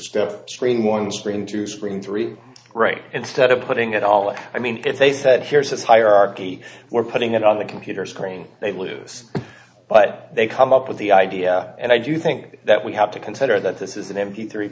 step screen one screen to screen three right instead of putting it all out i mean if they said here's this hierarchy we're putting it on the computer screen they loose but they come up with the idea and i do think that we have to consider that this is an m p three